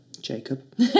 Jacob